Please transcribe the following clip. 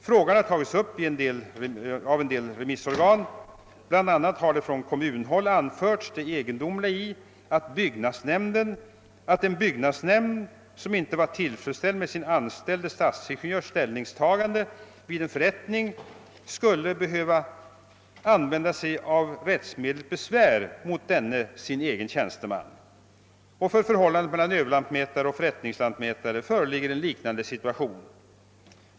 Frågan har tagits upp av en del remissorgan, och man har bl.a. från kommunhåll framhållit det egendomliga i att en byggnadsnämnd, som inte är nöjd med sin anställde stadsingenjörs ställningstagande vid en förrättning, skall behöva använda sig av rättsmedelsbesvär mot denne sin egen tjänsteman. Även i förhållandet mellan överlantmätare och förrättningslantmätare föreligger en liknande situation.